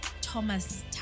Thomas